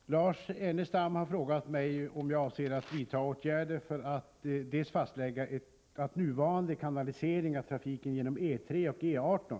Herr talman! Lars Ernestam har frågat mig om jag avser att vidta åtgärder för att dels fastlägga att nuvarande kanalisering av trafiken genom E 3 och E 18